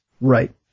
Right